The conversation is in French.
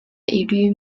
élu